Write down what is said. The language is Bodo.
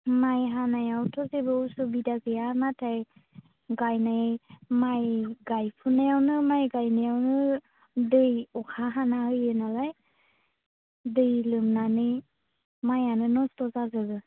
माइ हानायावथ' जेबो असुबिदा गैया नाथाय गायनाय माइ गायफुनायावनो माइ गायनायावनो दै अखा हाना होयो नालाय दै लोमनानै माइआनो नस्त' जाजोबो